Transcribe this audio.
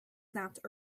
snapped